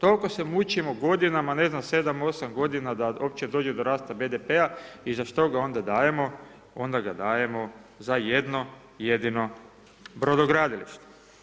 Tolko se mučimo godinama ne znam 7-8 godina da opće dođe do rasta BDP-a i za što ga onda dajemo, onda ga dajemo za jedno jedino brodogradilište.